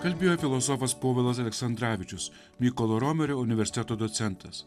kalbėjo filosofas povilas aleksandravičius mykolo romerio universiteto docentas